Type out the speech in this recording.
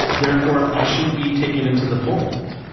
therefore i should be taken into the fold.